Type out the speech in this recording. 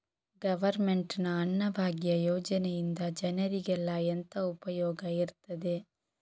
Government ನ ಅನ್ನಭಾಗ್ಯ ಯೋಜನೆಯಿಂದ ಜನರಿಗೆಲ್ಲ ಎಂತ ಉಪಯೋಗ ಇರ್ತದೆ?